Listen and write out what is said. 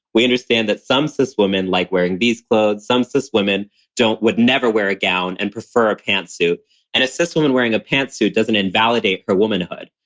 we understand that some cis women like wearing these clothes. some cis women don't, would never wear a gown and prefer a pant suit and a cis woman wearing a pantsuit doesn't invalidate her womanhood.